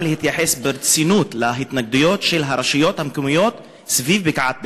להתייחס ברצינות להתנגדויות של הרשויות המקומיות סביב בקעת בית-נטופה.